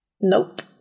nope